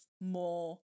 more